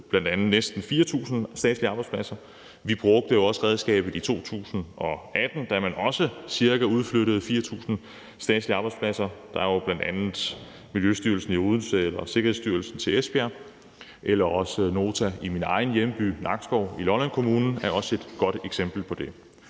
udflyttede næsten 4.000 statslige arbejdspladser, og vi brugte også redskabet i 2018, da man også udflyttede ca. 4.000 statslige arbejdspladser – det var jo bl.a. Miljøstyrelsen i Odense og Sikkerhedsstyrelsen i Esbjerg, og Nota i min egen hjemby, Nakskov, i Lolland Kommune er også et godt eksempel på det.